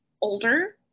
older